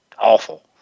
awful